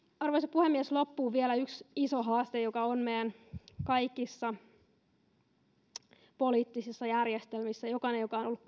arvoisa puhemies loppuun vielä yksi iso haaste joka on meidän kaikissa poliittisissa järjestelmissämme jokainen joka on ollut